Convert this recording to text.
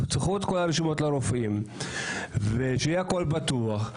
תפתחו את כל הרשימות לרופאים ושיהיה הכל פתוח,